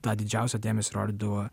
na didžiausią dėmesį rodydavo